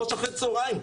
15:00 אחר הצוהריים.